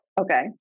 Okay